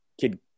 kid